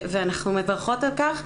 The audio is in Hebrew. ואנחנו מברכות על כך,